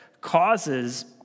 causes